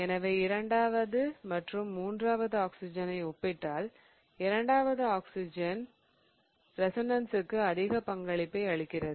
எனவே இரண்டாவது மற்றும் மூன்றாவது ஆக்சிஜனை ஒப்பிட்டால் இரண்டாவது ஆக்சிஜன் ரெசோனன்ஸிற்கு அதிக பங்களிப்பை அளிக்கிறது